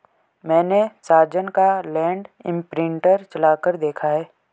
मैने साजन का land imprinter चलाकर देखा है